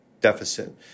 deficit